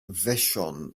vashon